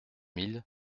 mille